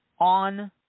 on